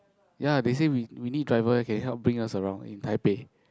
ya they say we we need driver can help bring us around in Taipei